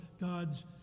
God's